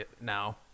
now